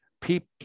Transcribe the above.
people